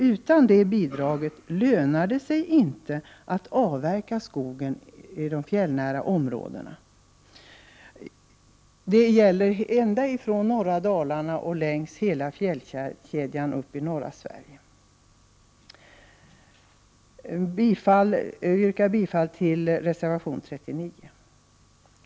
Utan det bidraget lönar det sig nämligen inte att avverka skogen i de fjällnära områdena, ända från norra Dalarna och upp längs hela fjällkedjan. Jag yrkar bifall till reservation 39.